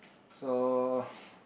so